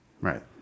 Right